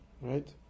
right